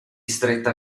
stretta